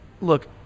Look